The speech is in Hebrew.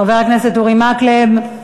חבר הכנסת אורי מקלב,